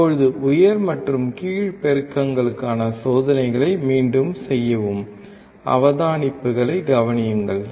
இப்போது உயர் மற்றும் கீழ் பெருக்கங்களுக்கான சோதனைகளை மீண்டும் செய்யவும் அவதானிப்புகளைக் கவனியுங்கள்